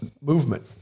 Movement